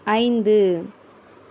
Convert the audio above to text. ஐந்து